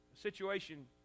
Situation